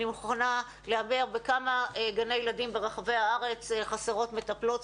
אני מוכנה להמר בכמה גני ילדים ברחבי הארץ חסרות מטפלות,